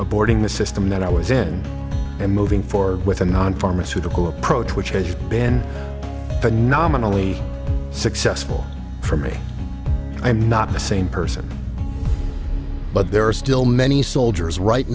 aborting the system that i was in and moving forward with a non pharmaceutical approach which has been phenomenally successful for me i'm not the same person but there are still many soldiers right